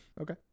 Okay